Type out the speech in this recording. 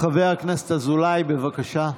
חבר הכנסת אזולאי, בבקשה.